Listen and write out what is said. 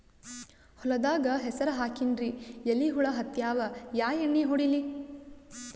ಹೊಲದಾಗ ಹೆಸರ ಹಾಕಿನ್ರಿ, ಎಲಿ ಹುಳ ಹತ್ಯಾವ, ಯಾ ಎಣ್ಣೀ ಹೊಡಿಲಿ?